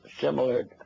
similar